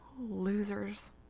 losers